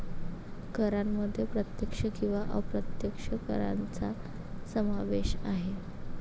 करांमध्ये प्रत्यक्ष किंवा अप्रत्यक्ष करांचा समावेश आहे